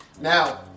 Now